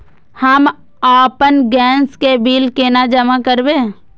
हम आपन गैस के बिल केना जमा करबे?